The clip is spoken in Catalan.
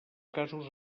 casos